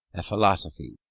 a philosophy